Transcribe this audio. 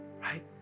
right